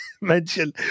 mention